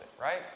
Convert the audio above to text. right